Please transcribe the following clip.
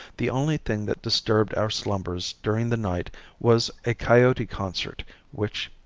the only thing that disturbed our slumbers during the night was a coyote concert which,